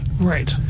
Right